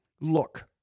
Look